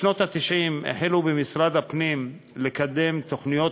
בשנות ה-90 החלו במשרד הפנים לקדם תוכניות